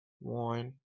one